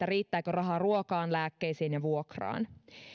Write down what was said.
riittääkö raha ruokaan lääkkeisiin ja vuokraan